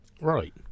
Right